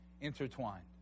intertwined